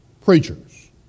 preachers